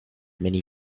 many